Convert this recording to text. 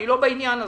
אני לא בעניין הזה.